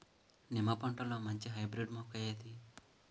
నిమ్మ పంటలో మంచి హైబ్రిడ్ మొక్క ఏది?